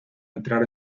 entrar